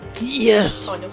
Yes